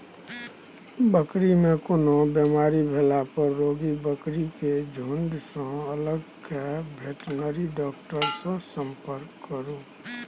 बकरी मे कोनो बेमारी भेला पर रोगी बकरी केँ झुँड सँ अलग कए बेटनरी डाक्टर सँ संपर्क करु